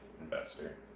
investor